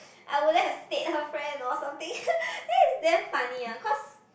I wouldn't have stayed her friend or something then it's damn funny ah cause